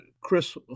Chris